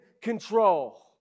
control